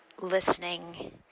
listening